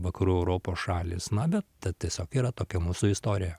vakarų europos šalys na bet ta tiesiog yra tokia mūsų istorija